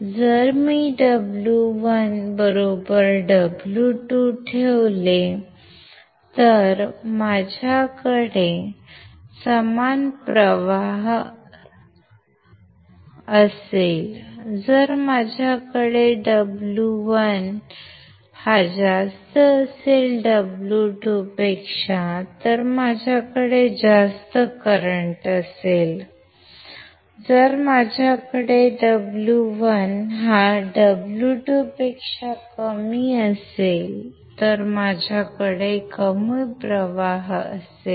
जर मी W1 W2 ठेवले तर माझ्याकडे समान प्रवाह असेल जर माझ्याकडे W1 W2 असेल तर माझ्याकडे जास्त करंट असेल जर माझ्याकडे W1 W2 असेल तर माझ्याकडे कमी प्रवाह असेल